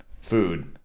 Food